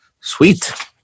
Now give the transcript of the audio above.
Sweet